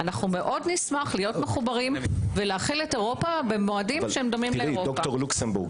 מאוד נשמח להיות מחוברים ולהחיל את אירופה במועדים שדומים לאירופה.